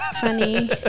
funny